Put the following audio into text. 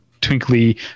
twinkly